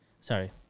Sorry